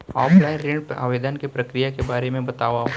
Offline ऋण आवेदन के प्रक्रिया के बारे म बतावव?